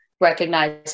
recognize